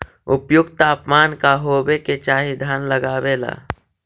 उपयुक्त तापमान का होबे के चाही धान लगावे ला?